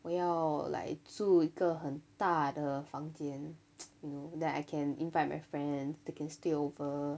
我要 like 住一个很大的房间 you know that I can invite my friends they can stay over